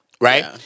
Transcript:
right